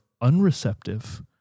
unreceptive